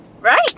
Right